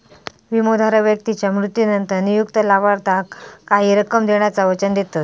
विमोधारक व्यक्तीच्या मृत्यूनंतर नियुक्त लाभार्थाक काही रक्कम देण्याचा वचन देतत